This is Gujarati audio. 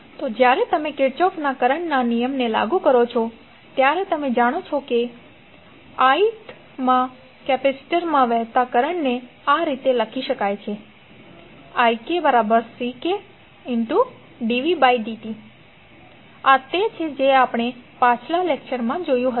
તો જ્યારે તમે કિર્ચોફના કરંટના નિયમને લાગુ કરો છો ત્યારે તમે જાણો છો કે ith મા કેપેસિટરમાં વહેતા કરંટને આ રીતે લખી શકાય છે ikCkdvdt આ તે છે જે આપણે પાછલા લેક્ચર માં જોયું હતું